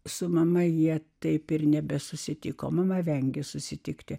su mama jie taip ir nebesusitikome vengė susitikti